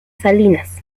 salinas